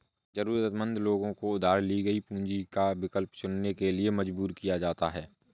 जरूरतमंद लोगों को उधार ली गई पूंजी का विकल्प चुनने के लिए मजबूर किया जाता है